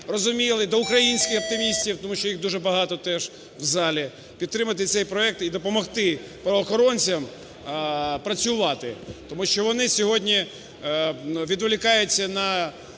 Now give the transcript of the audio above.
розуміли, до українських оптимістів, тому що їх дуже багато теж в залі, підтримати цей проект і допомогти правоохоронцям працювати, тому що вони сьогодні відволікаються на